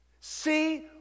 See